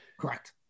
Correct